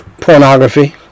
pornography